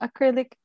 acrylic